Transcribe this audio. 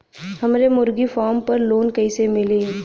हमरे मुर्गी फार्म पर लोन कइसे मिली?